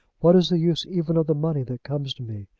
what is the use even of the money that comes to me?